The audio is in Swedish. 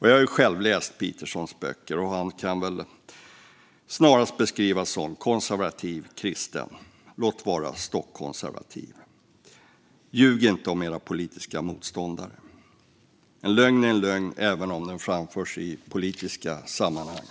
Jag har själv läst Petersons böcker, och han kan väl snarast beskrivas som konservativ kristen - låt vara stockkonservativ. Ljug inte om era politiska motståndare! En lögn är en lögn även om den framförs i politiska sammanhang.